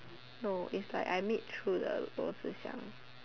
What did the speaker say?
no is like I meet through the Luo-Zi-Xiang